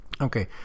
Okay